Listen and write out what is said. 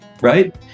right